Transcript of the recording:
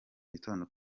gitondo